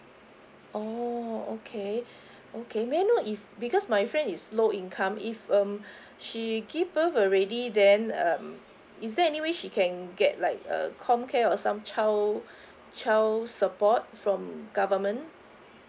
oh okay okay may I know if because my friend is low income if um she give birth already then um is there anyway she can get like a COMCARE or some child child support from government